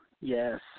yes